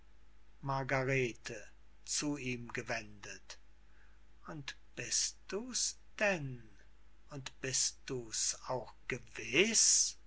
margarete zu ihm gewendet und bist du's denn und bist du's auch gewiß